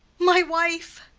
my wife!